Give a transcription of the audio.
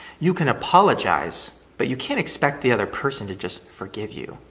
you can apologize but you can't expect the other person to just forgive you,